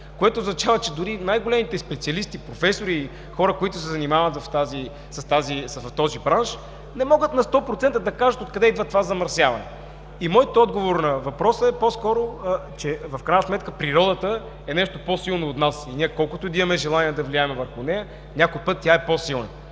което означава, че дори и най-големите специалисти – професори, хора, които се занимават с този бранш, не могат на сто процента да кажат откъде идва това замърсяване. Моят отговор на въпроса е по-скоро, че в крайна сметка природата е нещо по-силно от нас и ние колкото й да имаме желание да влияем върху нея, по някой път тя е по-силна